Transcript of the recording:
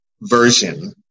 version